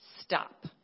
stop